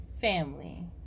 family